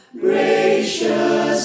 gracious